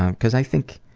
um because i think